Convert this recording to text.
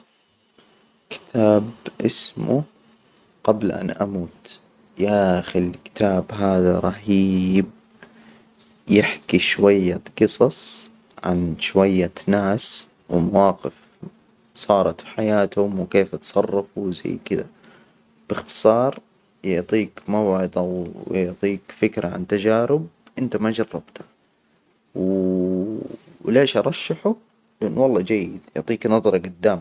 كتاب إسمه، قبل أن أموت. يا أخي الكتاب هذا رهيب، يحكي شوية قصص عن شوية ناس ومواقف صارت حياتهم وكيف اتصرفوا وزي كدا. باختصار يعطيك موعد أو يعطيك فكرة عن تجارب أنت ما جربتها وليش أرشحه، لأنه والله جيد يعطيك نظرة جدام.